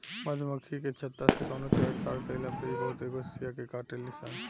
मधुमखी के छत्ता से कवनो छेड़छाड़ कईला पर इ बहुते गुस्सिया के काटेली सन